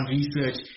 research